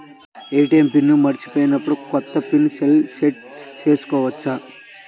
ATM pin మరచిపోయినప్పుడు, కొత్త pin సెల్లో సెట్ చేసుకోవచ్చా?